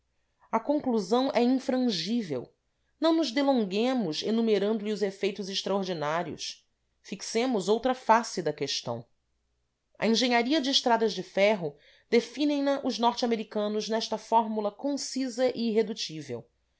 a conclusão é infrangível não nos delonguemos enumerando lhe os efeitos extraordinários fixemos outra face da questão a engenharia de estradas de ferro definem na os norte americanos nesta fórmula concisa e irredutível